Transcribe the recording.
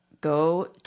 go